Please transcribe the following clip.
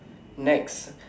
next